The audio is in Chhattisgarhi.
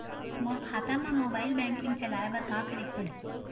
मोर खाता मा मोबाइल बैंकिंग चलाए बर का करेक पड़ही?